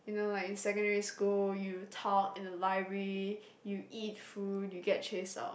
you know right in secondary school you talk in the library you eat food you get chase out